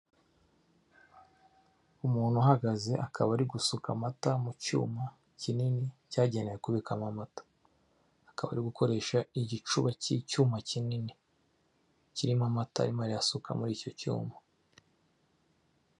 Umuntu uhagaze akaba ari gusuka amata mu cyuma kinini cyagenewe kubika mo amata, akaba ari gukoresha igicuba cy'icyuma kinini kirimo amata arimo arasuka muri icyo cyuma.